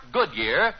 Goodyear